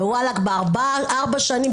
ובארבע שנים,